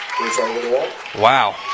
Wow